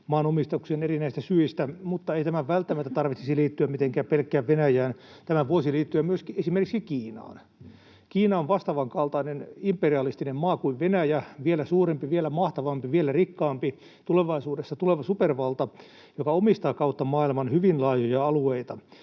maanomistukseen erinäisistä syistä. Mutta ei tämän välttämättä tarvitsisi liittyä mitenkään pelkkään Venäjään. Tämä voisi liittyä myöskin esimerkiksi Kiinaan. Kiina on vastaavan kaltainen imperialistinen maa kuin Venäjä, vielä suurempi, vielä mahtavampi, vielä rikkaampi, tulevaisuudessa tuleva supervalta, joka omistaa kautta maailman hyvin laajoja alueita.